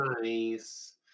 Nice